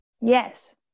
Yes